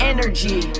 Energy